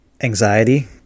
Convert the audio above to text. anxiety